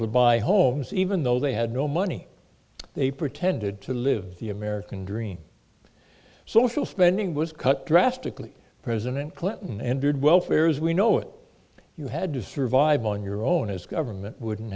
to buy homes even though they had no money they pretended to live the american dream social spending was cut drastically president clinton ended welfare as we know it you had to survive on your own as government wouldn't